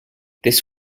this